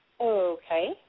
Okay